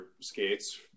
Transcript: skates